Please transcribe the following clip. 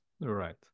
Right